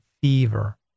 fever